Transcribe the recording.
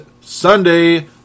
Sunday